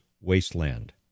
wasteland